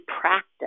practice